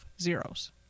zeros